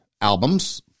albums